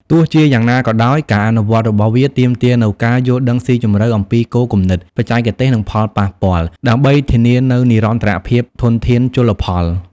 ទោះជាយ៉ាងណាក៏ដោយ ការអនុវត្តរបស់វាទាមទារនូវការយល់ដឹងស៊ីជម្រៅអំពីគោលគំនិត បច្ចេកទេស និងផលប៉ះពាល់ ដើម្បីធានានូវនិរន្តរភាពធនធានជលផល។